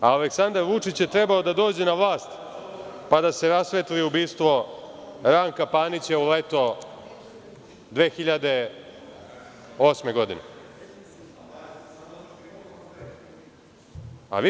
Aleksandar Vučić je trebao da dođe na vlast, pa da se rasvetli ubistvo Ranka Panića u leto 2008. godine.